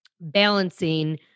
balancing